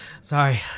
Sorry